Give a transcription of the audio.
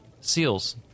seals